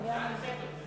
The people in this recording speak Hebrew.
הצעה לסדר?